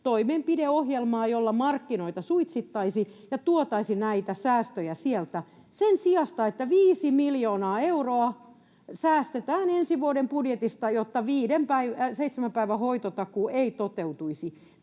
toimenpideohjelmaa, jolla markkinoita suitsittaisiin ja tuotaisiin näitä säästöjä sieltä, sen sijasta, että viisi miljoonaa euroa säästetään ensi vuoden budjetista, jotta seitsemän päivän hoitotakuu ei toteutuisi?